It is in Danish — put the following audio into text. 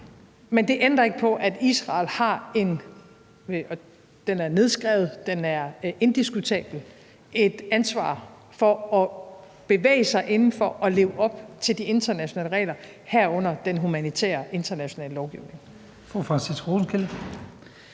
Men det ændrer ikke på, at Israel har et ansvar for at bevæge sig inden for og leve op til de internationale regler, herunder den humanitære internationale lovgivning.